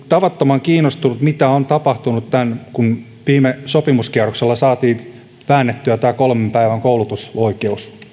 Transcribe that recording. tavattoman kiinnostunut siitä mitä on tapahtunut tässä kun viime sopimuskierroksella saatiin väännettyä tämä kolmen päivän koulutusoikeus